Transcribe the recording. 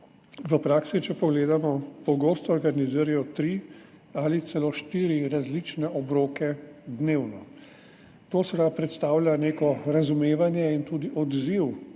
v praksi, če pogledamo, pogosto organizirajo tri ali celo štiri različne obroke dnevno. To predstavlja neko razumevanje in tudi odziv